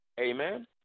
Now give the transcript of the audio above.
Amen